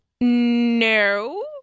No